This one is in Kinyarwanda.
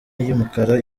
y’umukara